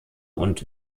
und